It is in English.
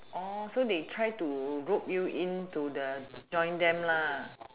so they tried to rope you into the join them